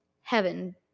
Heaven